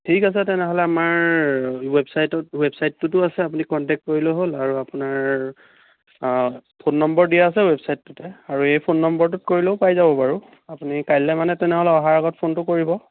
ঠিক আছে তেনেহ'লে আমাৰ ৱেবছাইটত ৱেবছাইটটোতো আছে আপুনি কণ্টেক্ট কৰিলে হ'ল আৰু আপোনাৰ ফোন নম্বৰ দিয়া আছে ৱেবছাইটটোতে আৰু এই ফোন নম্বৰটোত কৰিলেও পাই যাব বাৰু আপুনি কাইলে মানে তেনেহ'লে অহাৰ আগত ফোনটো কৰিব